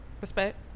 Respect